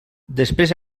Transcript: després